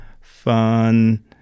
fun